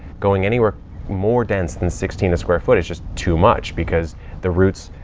going anywhere more dense than sixteen a square foot, it's just too much. because the roots,